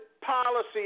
policy